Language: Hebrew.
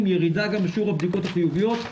וירידה גם בשיעור הבדיקות החיוביות,